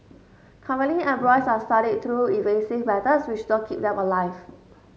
currently embryos are studied through invasive methods which don't keep them alive